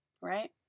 right